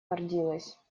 гордилась